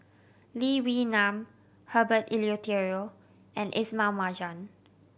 Lee Wee Nam Herbert Eleuterio and Ismail Marjan